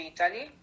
Italy